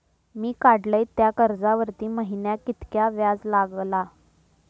मी काडलय त्या कर्जावरती महिन्याक कीतक्या व्याज लागला?